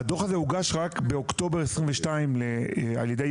אבל הדוחה זה הוגש רק באוקטובר 22' עכשיו